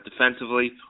defensively